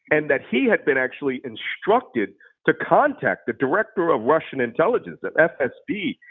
and that he had been actually instructed to contact the director of russian intelligence, the fsb,